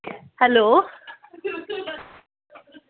hello